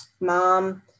mom